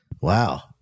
Wow